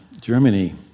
Germany